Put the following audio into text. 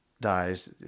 Dies